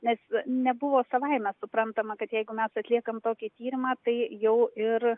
nes nebuvo savaime suprantama kad jeigu mes atliekam tokį tyrimą tai jau ir